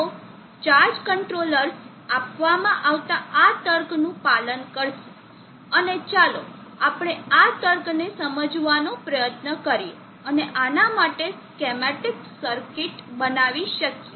તો charge controllers આપવામાં આવતા આ તર્કનું પાલન કરશે અને ચાલો આપણે આ તર્કને સમજવાનો પ્રયત્ન કરીએ અને આના માટે સ્કેમેટીક સર્કિટ બનાવી શકીએ